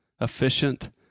Efficient